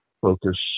focus